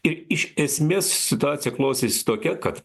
ir iš esmės situacija klostėsi tokia kad